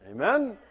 Amen